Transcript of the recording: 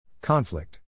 conflict